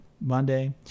monday